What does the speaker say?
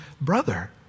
brother